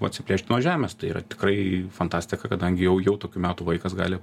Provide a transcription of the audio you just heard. atsiplėšt nuo žemės tai yra tikrai fantastika kadangi jau jau tokių metų vaikas gali